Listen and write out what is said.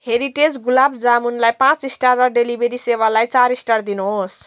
heritage गुलाब जामुनलाई पाँच स्टार र डेलिभरी सेवालाई चार स्टार दिनुहोस्